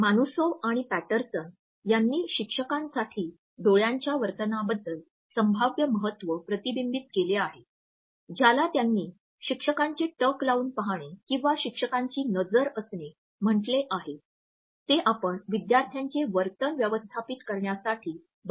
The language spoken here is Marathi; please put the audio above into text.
मानूसोव आणि पॅटरसन यांनी शिक्षकांसाठी डोळ्याच्या वर्तनाबद्दल संभाव्य महत्व प्रतिबिंबित केले आहे ज्याला त्यांनी शिक्षकांचे टक लावून पाहणे किंवा शिक्षकांची नजर असणे म्हटले आहे ते आपण विद्यार्थ्यांचे वर्तन व्यवस्थापित करण्यासाठी बर्याचदा वापरतो